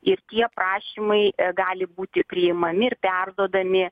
ir tie prašymai gali būti priimami ir perduodami